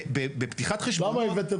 בפתיחת חשבון,